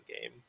game